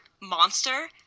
monster